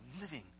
living